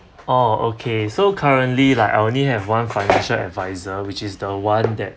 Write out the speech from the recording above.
orh okay so currently like I only have one financial adviser which is the one that